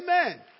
amen